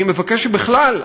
אני מבקש שבכלל,